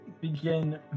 Begin